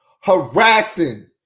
harassing